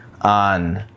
on